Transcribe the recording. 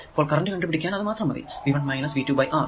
അപ്പോൾ കറന്റ് കണ്ടു പിടിക്കാൻ അത് മാത്രം മതി V1 V2 ബൈ R